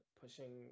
pushing